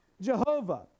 Jehovah